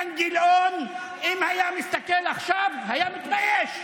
אילן גילאון, אם היה מסתכל עכשיו, היה מתבייש,